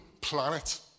planet